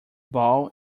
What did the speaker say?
ball